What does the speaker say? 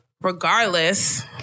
regardless